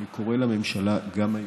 ואני קורא לממשלה גם היום: